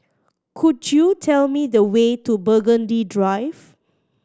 could you tell me the way to Burgundy Drive